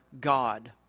God